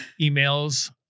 emails